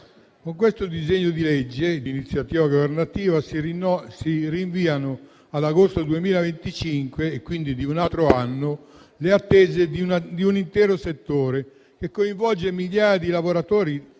con questo disegno di legge di iniziativa governativa si rinviano ad agosto del 2025, e quindi di un altro anno, le attese di un intero settore che coinvolge migliaia di lavoratori